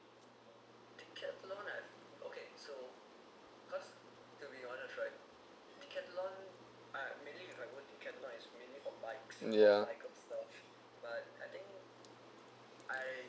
yeah